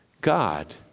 God